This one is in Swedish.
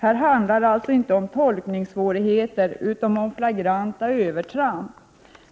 Här handlar det alltså inte om tolkningssvårigheter, utan om flagranta övertramp.